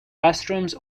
restrooms